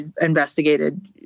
investigated